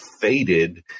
faded